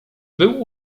był